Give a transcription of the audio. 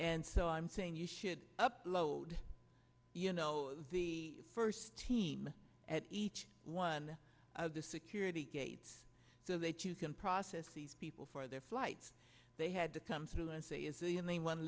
and so i'm saying you should upload you know the first team at each one of the security gates so that you can process these people for their flights they had to come through and say is the only one